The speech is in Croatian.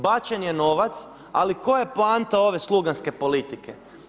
Bačen je novac, ali koja je poanta ove sluganske politike.